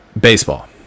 baseball